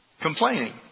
Complaining